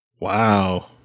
wow